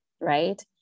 right